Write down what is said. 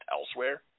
elsewhere